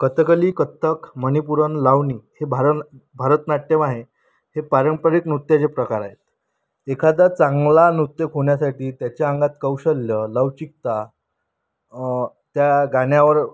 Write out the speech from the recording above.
कथकली कथ्थक मणिपुरन लावणी हे भारम भरतनाट्यम् आहे हे पारंपरिक नृत्याचे प्रकार आहे एखादा चांगला नृत्यक होण्यासाठी त्याच्या अंगात कौशल्य लवचिकता त्या गाण्यावर